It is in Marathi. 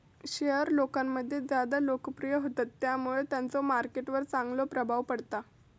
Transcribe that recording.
शेयर लोकांमध्ये ज्यादा लोकप्रिय होतत त्यामुळे त्यांचो मार्केट वर चांगलो प्रभाव पडता